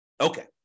Okay